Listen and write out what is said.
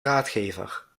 raadgever